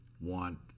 want